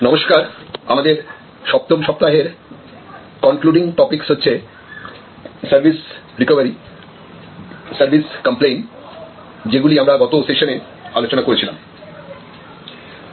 নমস্কারআমাদের সপ্তম সপ্তাহের concluding topics হচ্ছে সার্ভিস রিকভারি সার্ভিস কমপ্লেইন্ট যেগুলি আমরা গত সেশানে আলোচনা করেছিলাম